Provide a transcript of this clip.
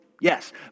Yes